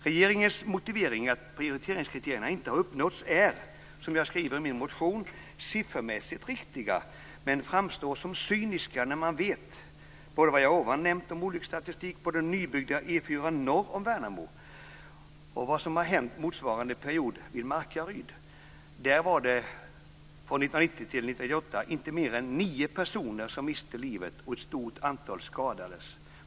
Regeringens motivering att prioriteringskriterierna inte har uppnåtts är, som jag skriver i min motion, siffermässigt riktiga, men framstår som cyniska när man vet både vad jag här nämnt om olycksstatistik på den nybyggda E 4 norr om Värnamo och vad som har hänt motsvarande period vid Markaryd. Där var det från 1990 till 1998 inte mindre än nio personer som miste livet och ett stort antal som skadades.